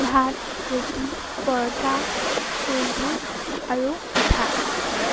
ভাত ৰুটি পৰঠা চুজি আৰু পিঠা